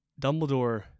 Dumbledore